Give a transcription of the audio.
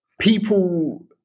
people